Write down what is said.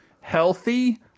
healthy